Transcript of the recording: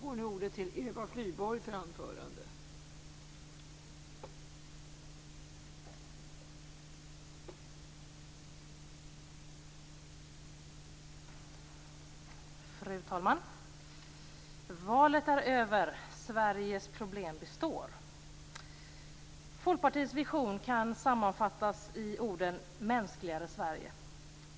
Fru talman! Valet är över - Sveriges problem består. Folkpartiets vision kan sammanfattas i orden Mänskligare Sverige.